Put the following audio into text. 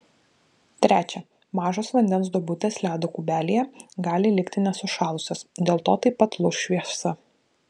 trečia mažos vandens duobutės ledo kubelyje gali likti nesušalusios dėl to taip pat lūš šviesa